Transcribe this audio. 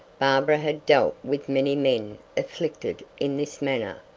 barbara had dealt with many men afflicted in this manner,